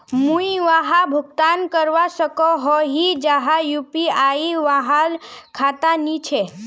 मुई वहाक भुगतान करवा सकोहो ही जहार यु.पी.आई वाला खाता नी छे?